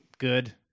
Good